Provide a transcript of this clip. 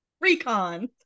recon